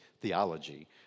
theology